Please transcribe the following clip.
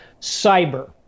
cyber